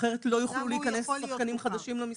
אחרת לא יוכלו להיכנס למשחק שחקנים אחרים.